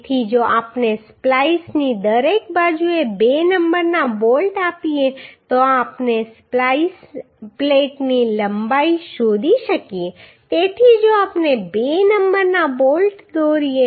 તેથી જો આપણે સ્પ્લાઈસની દરેક બાજુએ બે નંબરના બોલ્ટ આપીએ તો આપણે સ્પ્લાઈસ પ્લેટની લંબાઈ શોધી શકીએ તેથી જો આપણે બે નંબરના બોલ્ટ દોરીએ